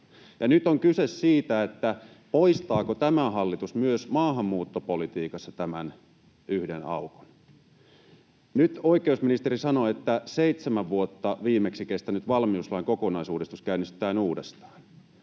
Nyt on kyse siitä, poistaako tämä hallitus myös maahanmuuttopolitiikassa tämän yhden aukon. Nyt oikeusministeri sanoi, että seitsemän vuotta viimeksi kestänyt valmiuslain kokonaisuudistus käynnistetään uudestaan.